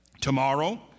Tomorrow